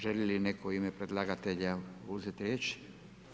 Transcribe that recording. Želi li netko u ime predlagatelja uzeti riječ?